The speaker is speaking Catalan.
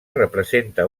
representa